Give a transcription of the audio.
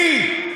מי?